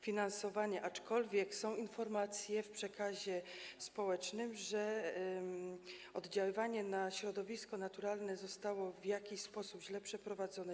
finansowanie, aczkolwiek są informacje w przekazie społecznym, że ocena oddziaływania na środowisko naturalne została w jakiś sposób źle przeprowadzona.